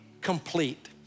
complete